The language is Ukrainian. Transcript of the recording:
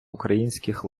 українських